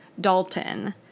Dalton